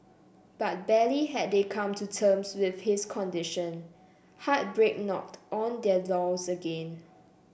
but barely had they come to terms with his condition heartbreak knocked on their doors again